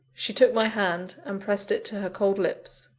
she took my hand, and pressed it to her cold lips.